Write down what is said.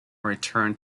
returned